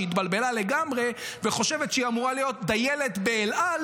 שהתבלבלה לגמרי וחושבת שהיא אמורה להיות דיילת באל על,